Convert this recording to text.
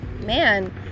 Man